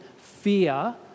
fear